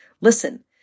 Listen